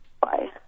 Bye